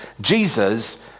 Jesus